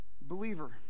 Believer